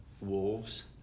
wolves